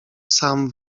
sam